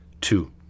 Two